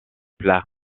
plats